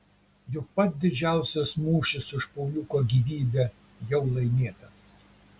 juk pats didžiausias mūšis už pauliuko gyvybę jau laimėtas